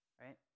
Right